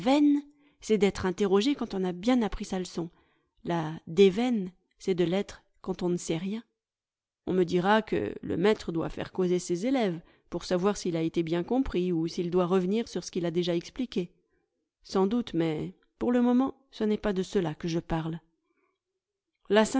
c'est d'être interrogé quand on a bien appris sa leçon la déveine c'est de l'être quand on ne sait rien on me dira que le maître doit faire causer ses élèves pour savoir s'il a été bien compris ou s'il doit revenir sur ce qu'il a déjà expliqué sans doute mais pour le moment ce n'est pas de cela que je parle